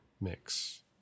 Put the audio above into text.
mix